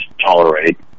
tolerate